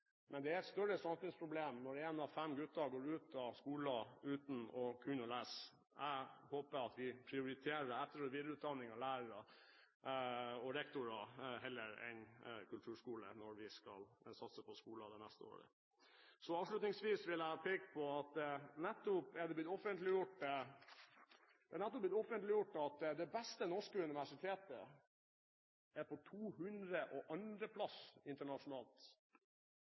Men det er et større samfunnsproblem når én av fem gutter går ut av skolen uten å kunne lese. Jeg håper at vi prioriterer etter- og videreutdanning av lærere og rektorer heller enn kulturskole når vi skal satse på skolen det neste året. Avslutningsvis vil jeg peke på at det nettopp er blitt offentliggjort at det beste norske universitetet er på 202. plass internasjonalt.